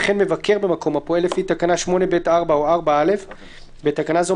וכן מבקר במקום הפועל לפי תקנה 8(ב)(4) (בתקנה זו,